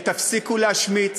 ותפסיקו להשמיץ.